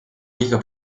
liiga